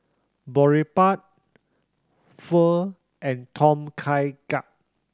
Boribap Pho and Tom Kha Gai